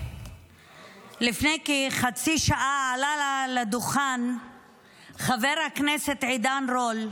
לפני כחצי שעה עלה לדוכן חבר הכנסת עידן רול,